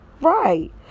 Right